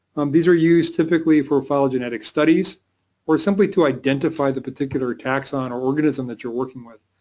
these are used typically for phylogenetic studies or simply to identify the particular taxon or organism that you're working with.